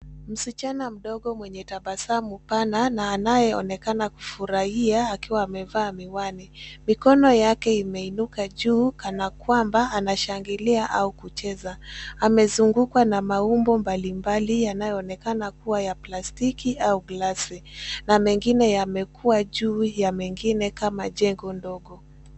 Msichana mdogo mwenye tabasamu pana na anayeonekana kufurahia akiwa amevaa miwani. Mikono yake imeinuka juu kana kwamba anashangilia au kucheza. Amezungukwa na maumbo mbalimbali yanayoonekana kuwa ya plastiki au glasi na mengine yamekuwa juu ya mengine kama jengo ndogo.